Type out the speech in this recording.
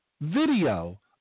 video